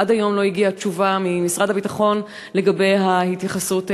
עד היום לא הגיעה תשובה ממשרד הביטחון לגבי ההתייחסות אליהן.